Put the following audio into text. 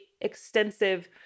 extensive